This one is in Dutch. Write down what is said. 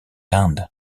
tand